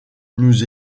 nous